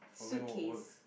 suitcase